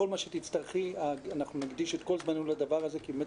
כל מה שתצטרכי אנחנו נקדיש את כל זמננו לדבר הזה כי באמת